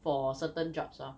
for certain jobs lor